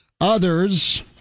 Others